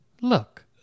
Look